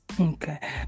Okay